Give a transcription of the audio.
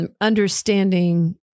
understanding